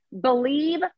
believe